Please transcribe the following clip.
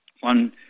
one